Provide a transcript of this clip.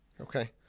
Okay